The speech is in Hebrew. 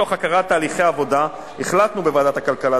מתוך הכרת תהליכי העבודה החלטנו בוועדת הכלכלה,